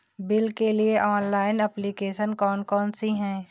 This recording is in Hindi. बिल के लिए ऑनलाइन एप्लीकेशन कौन कौन सी हैं?